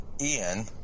Ian